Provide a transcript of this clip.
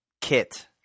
kit